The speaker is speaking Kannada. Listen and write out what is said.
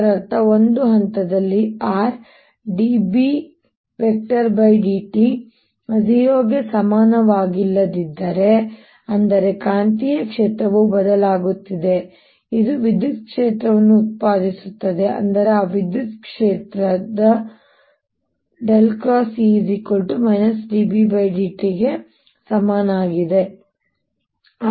ಇದರರ್ಥ ಒಂದು ಹಂತದಲ್ಲಿ r B∂t 0 ಗೆ ಸಮಾನವಾಗಿಲ್ಲದಿದ್ದರೆ ಅಂದರೆ ಕಾಂತೀಯ ಕ್ಷೇತ್ರವು ಬದಲಾಗುತ್ತಿದೆ ಇದು ವಿದ್ಯುತ್ ಕ್ಷೇತ್ರವನ್ನು ಉತ್ಪಾದಿಸುತ್ತದೆ ಅಂದರೆ ಆ ವಿದ್ಯುತ್ ಕ್ಷೇತ್ರದ ಸುರುಳಿಯು B∂t ಗೆ ಸಮನಾಗಿರುತ್ತದೆ